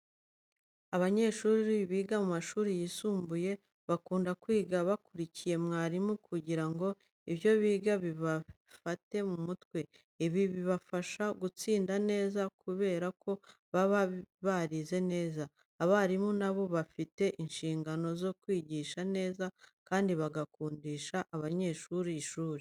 Abanyeshuri biga mu mashuri yisumbuye, bakunda kwiga bakurikiye mwarimu kugira ngo ibyo biga babifate mu mutwe. Ibi bibafasha gutsinda neza kubera ko baba barize neza. Abarimu na bo bafite inshingano zo kwigisha neza, kandi bagakundisha abanyeshuri ishuri.